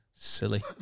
Silly